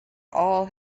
all